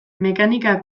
mekanika